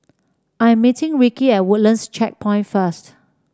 I am meeting Ricky at Woodlands Checkpoint first